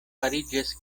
fariĝas